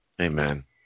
Amen